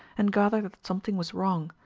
and gathered that something was wrong.